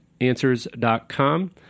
Answers.com